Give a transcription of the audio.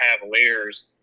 Cavaliers